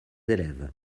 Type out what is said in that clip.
élèves